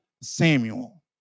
Samuel